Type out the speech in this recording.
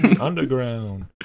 underground